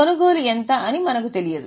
కొనుగోలు ఎంత అని మనకు తెలియదు